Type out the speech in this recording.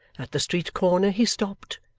at the street-corner he stopped,